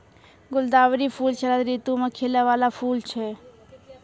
गुलदावरी फूल शरद ऋतु मे खिलै बाला फूल छै